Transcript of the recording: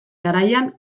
garaian